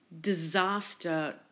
disaster